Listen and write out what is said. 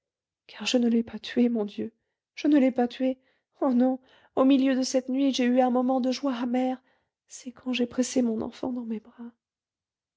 car je ne l'ai pas tuée mon dieu je ne l'ai pas tuée oh non au milieu de cette nuit j'ai eu un moment de joie amère c'est quand j'ai pressé mon enfant dans mes bras